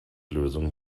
lösung